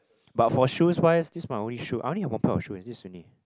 but for shoes wise this my only shoe I only have one pair of shoe is this only